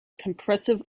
compressive